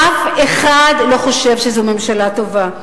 אף אחד לא חושב שזו ממשלה טובה,